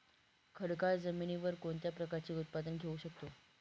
खडकाळ जमिनीवर कोणत्या प्रकारचे उत्पादन घेऊ शकतो?